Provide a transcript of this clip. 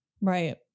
Right